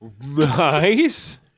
Nice